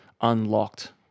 unlocked